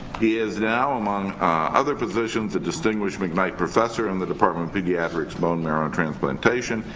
he is now, among other positions, a distinguished mcknight professor in the department of pediatrics bone marrow and transplantation,